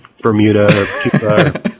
bermuda